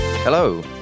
Hello